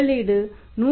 முதலீடு 196